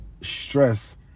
stress